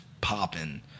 popping